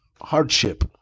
hardship